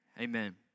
amen